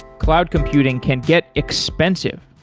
cloud computing can get expensive.